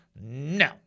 no